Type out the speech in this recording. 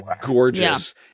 gorgeous